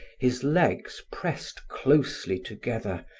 his legs pressed closely together,